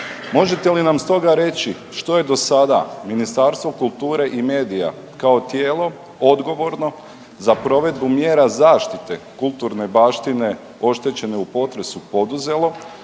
Možete li nam stoga reći, što je do sada Ministarstvo kulture i medija kao tijelo odgovorno za provedbu mjera zaštite kulturne baštine oštećene u potresu poduzelo